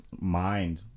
mind